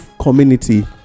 community